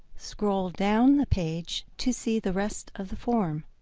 scroll down the page to see the rest of the form.